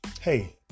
hey